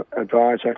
advisor